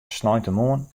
sneintemoarn